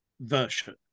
version